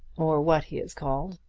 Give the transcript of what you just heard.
or what he is called?